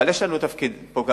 אבל יש לנו פה תפקיד כהורים.